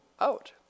out